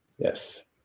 Yes